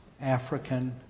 African